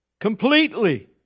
completely